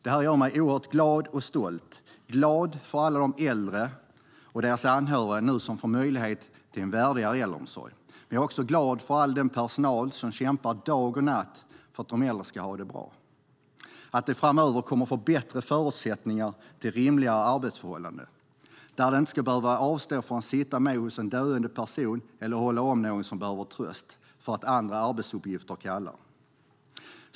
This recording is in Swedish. Det gör mig oerhört glad och stolt, glad för alla de äldre och deras anhöriga som nu får möjlighet till en värdigare äldreomsorg. Jag är också glad för att all den personal som kämpar dag och natt för att de äldre ska ha det bra framöver kommer att få bättre förutsättningar för rimligare arbetsförhållanden, där de inte ska behöva avstå från att sitta hos en döende person eller hålla om någon som behöver tröst för att andra arbetsuppgifter kallar.